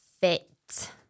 Fit